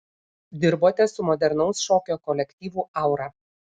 dirbote su modernaus šokio kolektyvu aura